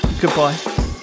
Goodbye